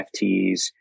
NFTs